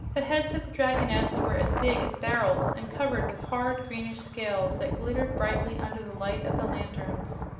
the heads of the dragonettes were as big as barrels and covered with hard, greenish scales that glittered brightly under the light of the lanterns.